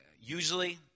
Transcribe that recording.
usually